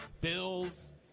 Bills